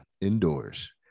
indoors